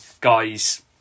guys